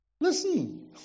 Listen